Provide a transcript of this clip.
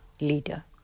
leader